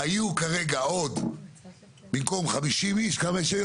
היו כרגע עוד במקום 20 איש היו